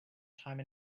time